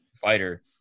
fighter